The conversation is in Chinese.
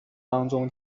当中